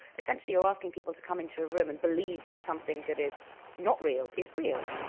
essentially, you're asking people to come into a room and believe that something that is not real is real.